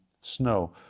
snow